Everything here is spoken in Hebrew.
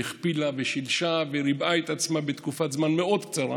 והיא הכפילה ושילשה וריבעה את עצמה בתקופת זמן מאוד קצרה.